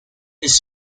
his